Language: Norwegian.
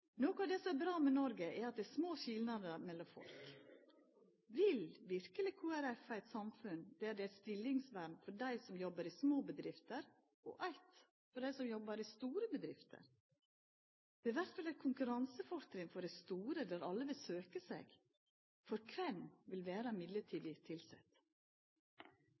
Noko av det som er bra med Noreg, er at det er små skilnader mellom folk. Vil verkeleg Kristeleg Folkeparti ha eit samfunn der det er eit stillingsvern for dei som jobbar i små bedrifter, og eit for dei som jobbar i store bedrifter? Det vert jo eit konkurransefortrinn for dei store, som alle vil søkja seg til. For kven vil vera mellombels tilsett